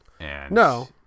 No